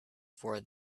for